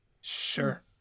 Sure